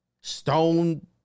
stone